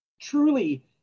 truly